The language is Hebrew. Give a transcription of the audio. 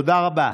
תודה רבה.